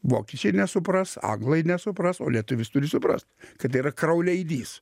vokiečiai nesupras anglai nesupras o lietuvis turi suprast kad yra krauleidys